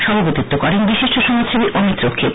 সভাপতিত্ব করেন বিশিষ্ট সমাজসেবী অমিত রক্ষিত